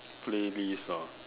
playlist ah